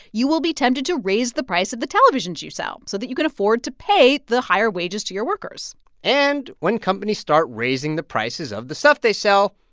you will be tempted to raise the price of the televisions you sell so that you can afford to pay the higher wages to your workers and when companies start raising the prices of the stuff they sell,